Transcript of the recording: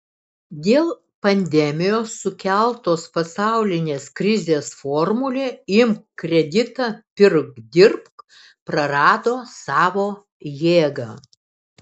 dėl pandemijos sukeltos pasaulinės krizės formulė imk kreditą pirk dirbk prarado savo jėgą